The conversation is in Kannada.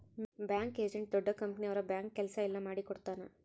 ಬ್ಯಾಂಕ್ ಏಜೆಂಟ್ ದೊಡ್ಡ ಕಂಪನಿ ಅವ್ರ ಬ್ಯಾಂಕ್ ಕೆಲ್ಸ ಎಲ್ಲ ಮಾಡಿಕೊಡ್ತನ